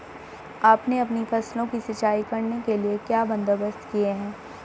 आपने अपनी फसलों की सिंचाई करने के लिए क्या बंदोबस्त किए है